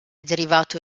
derivato